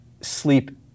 sleep